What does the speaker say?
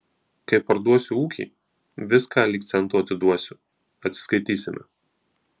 kai parduosiu ūkį viską lyg cento atiduosiu atsiskaitysime